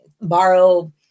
borrow